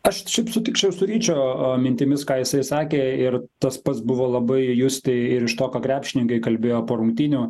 aš šiaip sutikčiau su ryčio mintimis ką jisai sakė ir tas pats buvo labai justi ir iš to ką krepšininkai kalbėjo po rungtynių